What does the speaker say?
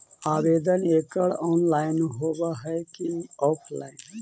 आवेदन एकड़ ऑनलाइन होव हइ की ऑफलाइन?